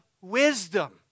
wisdom